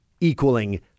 equaling